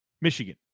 Michigan